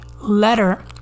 letter